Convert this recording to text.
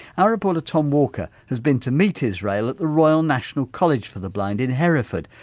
our reporter, tom walker, has been to meet israel at the royal national college for the blind in hereford,